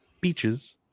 beaches